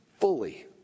fully